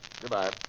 Goodbye